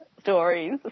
stories